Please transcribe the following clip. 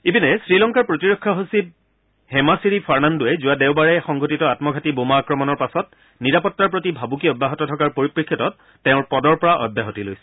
আনহাতে শ্ৰীলংকাৰ প্ৰতিৰক্ষা সচিব হেমাছিৰি ফাৰ্নাণ্ডোৱে যোৱা দেওবাৰে সংঘটিত আম্মঘাতী বোমা আক্ৰমণৰ পাছত নিৰাপত্তাৰ প্ৰতি ভাবুকি অব্যাহত থকাৰ পৰিপ্ৰেক্ষিতত পদৰ পৰা অব্যাহতি লৈছে